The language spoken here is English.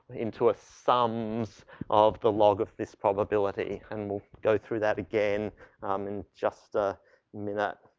into a sums of the log of this probability and we'll go through that again um in just a minute.